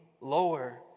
lower